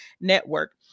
Network